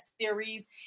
series